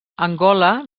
angola